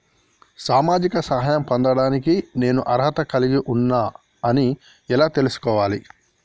సామాజిక సహాయం పొందడానికి నేను అర్హత కలిగి ఉన్న అని ఎలా తెలుసుకోవాలి?